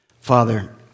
Father